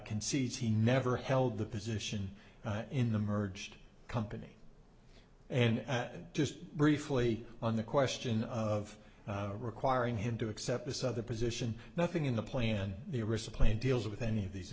concedes he never held the position in the merged company and just briefly on the question of requiring him to accept this other position nothing in the plan the arista plane deals with any of these